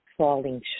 falling